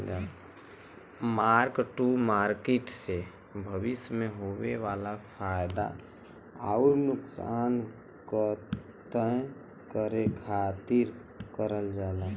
mark to market से भविष्य में होये वाला फयदा आउर नुकसान क तय करे खातिर करल जाला